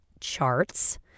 charts